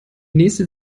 nächste